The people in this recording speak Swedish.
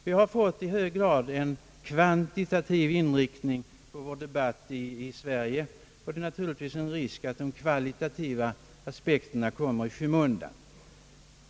Vi har i alltför hög grad fått en kvantitativ inriktning av debatten i Sverige, och det är risk för att de kvalitativa aspekterna kommer i skymundan.